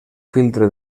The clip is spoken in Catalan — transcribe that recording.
filtre